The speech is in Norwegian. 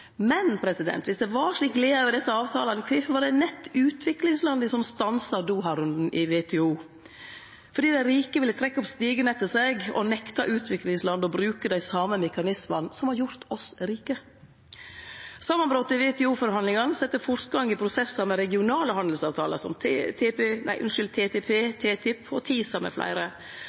det var slik glede over desse avtalane, kvifor var det nett utviklingslanda som stansa Doha-runden i WTO? Fordi dei rike ville trekkje opp stigen etter seg og nekte utviklingsland å bruke dei same mekanismane som har gjort oss rike. Samanbrotet i WTO-forhandlingane sette fortgang i prosessar med regionale handelsavtalar, som TTP, TTIP og TISA